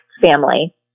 family